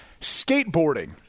Skateboarding